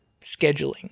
scheduling